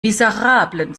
miserablen